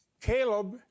Caleb